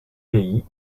pays